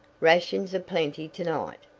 rations are plenty to-night.